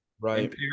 right